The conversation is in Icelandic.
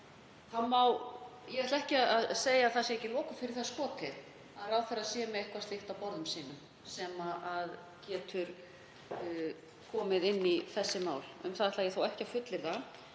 hópi. Ég ætla ekki að segja að það sé loku fyrir það skotið að ráðherra sé með eitthvað slíkt á borðum sínum sem getur komið inn í þessi mál. Um það ætla ég þó ekki að fullyrða